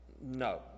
no